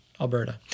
Alberta